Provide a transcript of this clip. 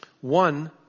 One